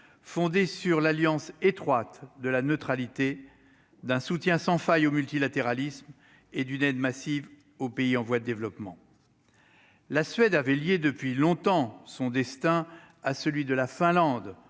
fondée sur l'alliance étroite de la neutralité d'un soutien sans faille au multilatéralisme et d'une aide massive aux pays en voie de développement, la Suède avait lié depuis longtemps son destin à celui de la Finlande